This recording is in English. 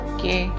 Okay